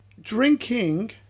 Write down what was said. drinking